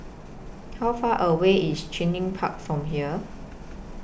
How Far away IS Cluny Park from here